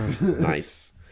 Nice